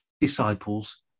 disciples